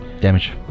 damage